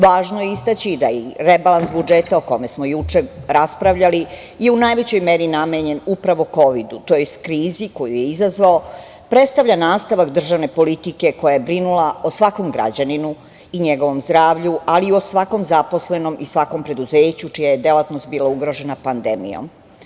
Važno je istaći da je rebalans budžeta, o kome smo juče raspravljali, u najvećoj meri namenjen upravo kovidu tj. krizi koju je izazvao predstavlja nastavak državne politike koja je brinula o svakom građaninu i njegovom zdravlju, ali i o svakom zaposlenom i svakom preduzeću čija je delatnost bila ugrožena pandemijom.